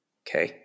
okay